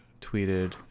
tweeted